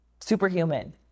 superhuman